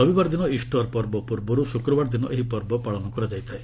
ରବିବାର ଦିନ ଇଷ୍ଟର ପର୍ବ ପୂର୍ବରୁ ଶୁକ୍ରବାର ଦିନ ଏହି ପର୍ବ ପାଳନ କରାଯାଇଥାଏ